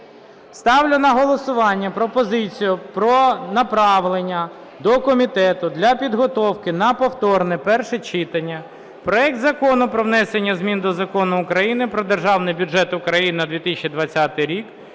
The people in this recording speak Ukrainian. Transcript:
Ставлю на голосування пропозицію про направлення до комітету для підготовки на повторне перше читання проект Закону про внесення змін до Закону України "Про Державний бюджет України на 2020 рік"